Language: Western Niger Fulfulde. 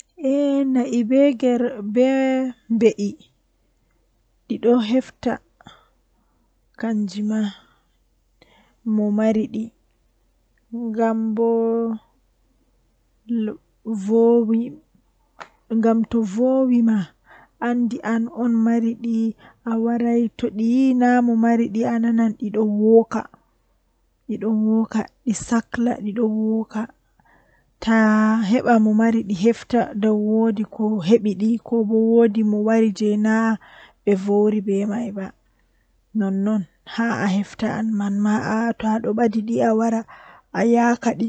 Mi wiyan mo o wara o nasta law to woodi ko o numata o acca numugo o wala o de'ita o wallina hakkilo mako to owadi bannin mai jei asaweerer gotel pat sali sei mi wiya mo o yaha o laara likita hebana mo lekki bo ofonda o laara